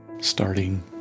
starting